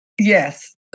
Yes